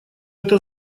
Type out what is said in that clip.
это